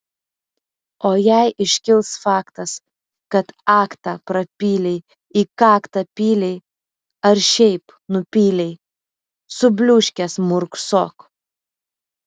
o jei iškils faktas kad aktą prapylei į kaktą pylei ar šiaip nupylei subliūškęs murksok